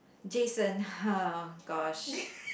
Jason oh gosh